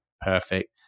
perfect